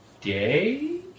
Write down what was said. day